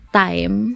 time